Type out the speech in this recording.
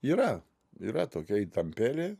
yra yra tokia įtampėlė